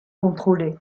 contrôlé